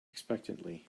expectantly